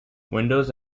windows